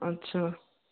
अच्छा